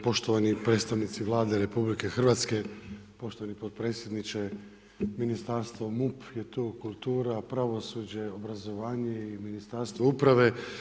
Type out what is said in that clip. Poštovani predstavnici Vlade RH, poštovani potpredsjedniče, ministarstvo, MUP je tu, kultura, pravosuđe, obrazovanje i Ministarstvo uprave.